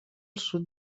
sud